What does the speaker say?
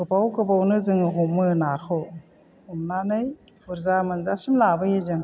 गोबाव गोबावनो जोङो हमो नाखौ हमनानै बुरजा मोनजासिम लाबोयो जों